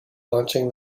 launching